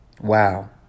Wow